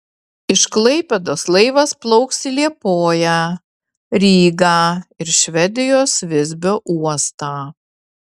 iš klaipėdos laivas plauks į liepoją rygą ir švedijos visbio uostą